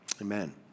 Amen